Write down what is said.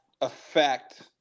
affect